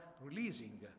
releasing